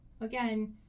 Again